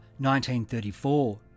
1934